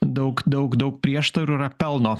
daug daug daug prieštarų yra pelno